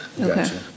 Okay